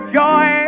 joy